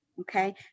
okay